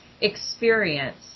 experience